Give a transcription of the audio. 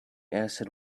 acid